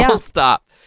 stop